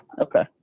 Okay